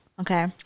Okay